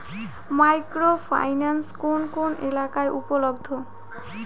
Micro finance কোন কোন এলাকায় উপলব্ধ?